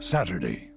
Saturday